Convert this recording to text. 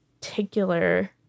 particular